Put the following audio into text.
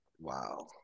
wow